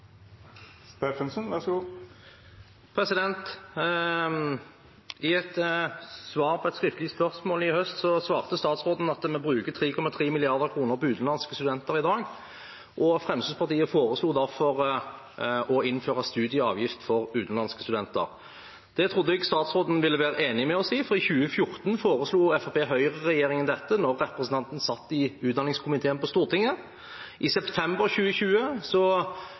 I et svar på et skriftlig spørsmål i høst skrev statsråden at vi bruker 3,3 mrd. kr på utenlandske studenter i dag, og Fremskrittspartiet foreslo derfor å innføre studieavgift for utenlandske studenter. Det trodde jeg statsråden ville være enig med oss i, for i 2014 foreslo Fremskrittsparti–Høyre-regjeringen dette da representanten satt i utdanningskomiteen på Stortinget. I september 2020,